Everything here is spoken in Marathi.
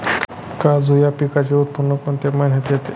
काजू या पिकाचे उत्पादन कोणत्या महिन्यात येते?